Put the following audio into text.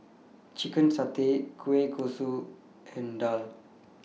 Chicken Satay Kueh Kosui and Daal